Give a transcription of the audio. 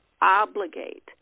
obligate